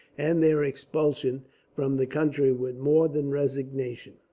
and their expulsion from the country, with more than resignation.